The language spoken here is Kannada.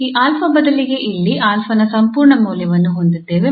ಈ 𝑎 ಬದಲಿಗೆ ಇಲ್ಲಿ 𝑎 ನ ಸಂಪೂರ್ಣ ಮೌಲ್ಯವನ್ನು ಹೊಂದಿದ್ದೇವೆ